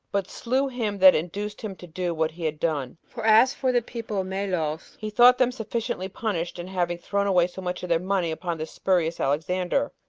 but slew him that induced him to do what he had done for as for the people of melos, he thought them sufficiently punished, in having thrown away so much of their money upon this spurious alexander.